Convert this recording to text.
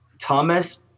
Thomas